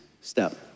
step